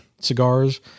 cigars